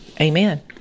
Amen